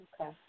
Okay